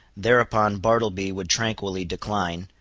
thereupon, bartleby would tranquilly decline,